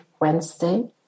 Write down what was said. Wednesday